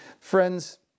Friends